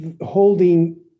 holding